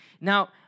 Now